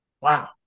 Wow